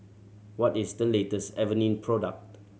what is the latest Avene product